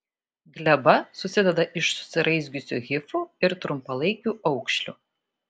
gleba susideda iš susiraizgiusių hifų ir trumpalaikių aukšlių